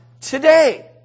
today